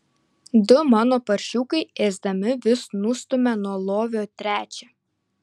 du mano paršiukai ėsdami vis nustumia nuo lovio trečią